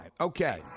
Okay